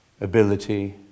ability